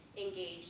engaged